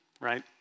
right